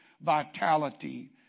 vitality